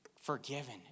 Forgiven